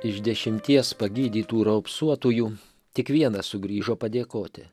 iš dešimties pagydytų raupsuotųjų tik vienas sugrįžo padėkoti